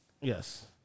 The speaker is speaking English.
Yes